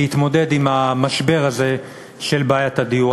להתמודד עם המשבר הזה של בעיית הדיור.